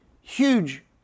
huge